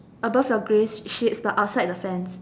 above your grey sheet but outside the fence